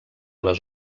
les